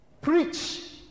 Preach